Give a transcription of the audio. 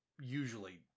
usually